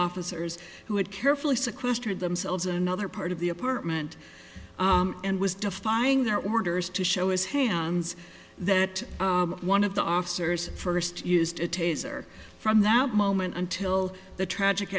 officers who had carefully sequestered themselves another part of the apartment and was defying their orders to show his hands that one of the officers first used a taser from that moment until the tragic